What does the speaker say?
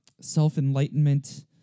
self-enlightenment